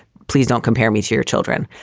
please don't compare me to your children.